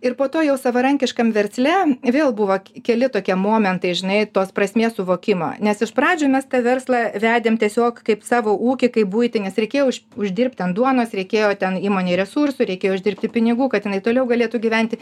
ir po to jau savarankiškam versle vėl buvo keli tokie momentai žinai tos prasmės suvokimo nes iš pradžių mes tą verslą vedėm tiesiog kaip savo ūkį kaip buitį nes reikėjo uždirbti ant duonos reikėjo ten įmonei resursų reikėjo uždirbti pinigų kad jinai toliau galėtų gyventi